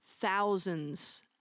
thousands